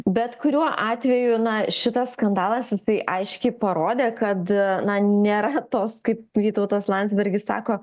bet kuriuo atveju na šitas skandalas jisai aiškiai parodė kad na nėra tos kaip vytautas landsbergis sako